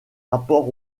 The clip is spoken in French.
rapport